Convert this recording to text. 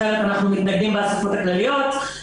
אחרת אנחנו מתנגדים באספות הכלליות.